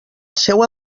seua